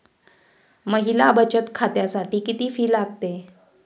महिला बचत खात्यासाठी किती फी लागते?